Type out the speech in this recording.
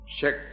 check